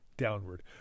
downward